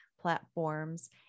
platforms